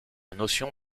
notion